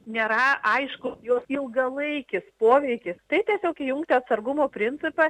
nėra aišku jos ilgalaikis poveikis tai tiesiog įjungti atsargumo principą